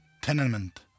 tenement